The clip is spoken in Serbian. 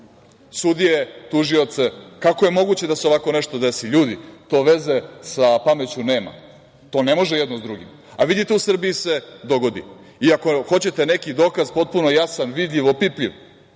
sudije, tužioce? Kako je moguće da se ovako nešto desi? Ljudi, to veze sa pameću nema. To ne može jedno sa drugim, a vidite u Srbiji se dogodi. Ako hoćete neki dokaz potpuno jasan, vidljiv, opipljiv